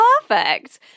Perfect